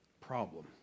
Problem